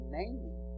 naming